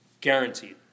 guaranteed